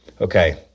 Okay